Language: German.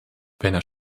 werner